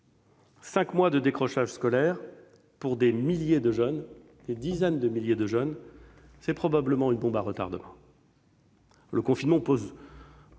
Cinq mois de décrochage scolaire pour des dizaines de milliers de jeunes, c'est probablement une bombe à retardement. Le confinement pose